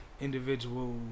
individual